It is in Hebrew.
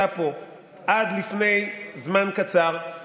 בכלל ממשלה פריטטית זה דבר